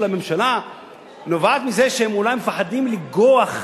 הממשלה נובעת מזה שהם אולי פוחדים לנגוע,